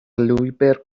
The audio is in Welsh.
lwybr